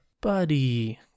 Buddy